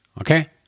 okay